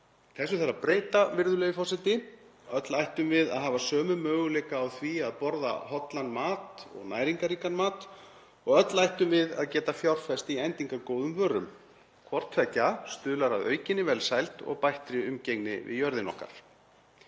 Þessu þarf að breyta, virðulegi forseti. Öll ættum við að hafa sömu möguleika á því að borða hollan mat og næringarríkan mat og öll ættum við að geta fjárfest í endingargóðum vörum. Hvort tveggja stuðlar að aukinni velsæld og bættri umgengni við jörðina okkar.